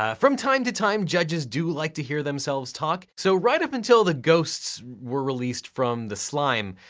um from time to time, judges do like to hear themselves talk. so right up until the ghosts were released from the slime,